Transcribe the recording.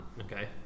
Okay